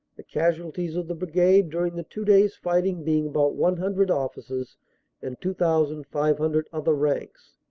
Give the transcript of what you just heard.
the casualties of the brigade during the two days' fighting being about one hundred officers and two thousand five hundred other ranks.